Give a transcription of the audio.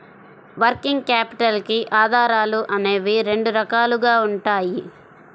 working capital కి ఆధారాలు అనేవి రెండు రకాలుగా ఉంటాయి